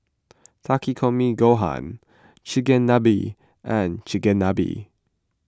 Takikomi Gohan Chigenabe and Chigenabe